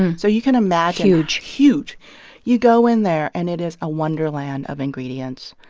and so you can imagine. huge huge you go in there, and it is a wonderland of ingredients.